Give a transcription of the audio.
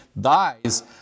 dies